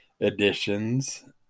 Editions